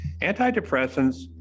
antidepressants